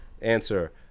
answer